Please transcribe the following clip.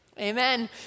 Amen